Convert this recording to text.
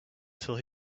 till